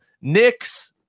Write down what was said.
Knicks